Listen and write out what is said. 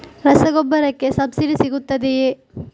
ರಸಗೊಬ್ಬರಕ್ಕೆ ಸಬ್ಸಿಡಿ ಸಿಗುತ್ತದೆಯೇ?